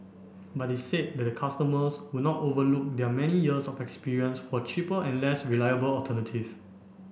but they said that customers would not overlook their many years of experience for cheaper and less reliable alternative